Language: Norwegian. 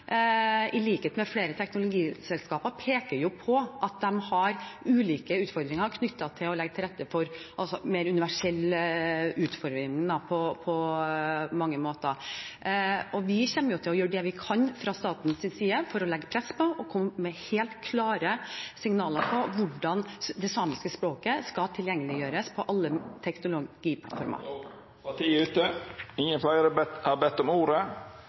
i likhet med flere teknologiselskaper, peker på at de har ulike utfordringer knyttet til å legge til rette for mer universell utforming, på mange måter. Vi kommer til å gjøre det vi kan fra statens side for å legge press og komme med helt klare signaler på hvordan det samiske språket skal tilgjengeliggjøres på alle teknologiplattformer. Replikkordskiftet er omme. Fleire har ikkje bedt om ordet